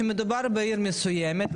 שמדובר בעיר מסוימת,